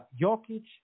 Jokic